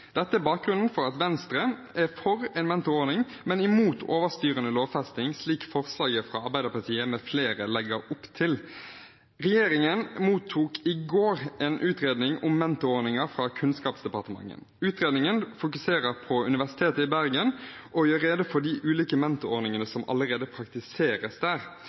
Dette er bakgrunnen for at Venstre er for en mentorordning, men imot overstyrende lovfesting, slik forslaget fra Arbeiderpartiet med flere legger opp til. Regjeringen mottok i går en utredning om mentorordningen fra Kunnskapsdepartementet. Utredningen fokuserer på Universitetet i Bergen og gjør rede for de ulike mentorordningene som allerede praktiseres der.